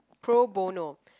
pro bono